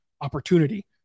opportunity